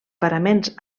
paraments